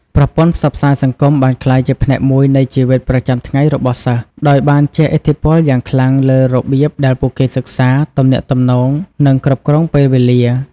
ប្រព័ន្ធផ្សព្វផ្សាយសង្គមបានក្លាយជាផ្នែកមួយនៃជីវិតប្រចាំថ្ងៃរបស់សិស្ស ដោយបានជះឥទ្ធិពលយ៉ាងខ្លាំងលើរបៀបដែលពួកគេសិក្សា ទំនាក់ទំនង និងគ្រប់គ្រងពេលវេលា។